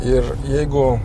ir jeigu